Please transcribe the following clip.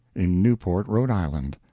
in newport, rhode island,